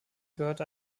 gehörte